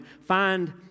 find